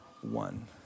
one